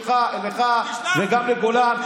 לך וגם לגולן,